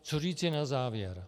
Co říci na závěr.